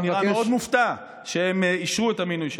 שהוא נראה מאוד מופתע שהם אישרו את המינוי שלה.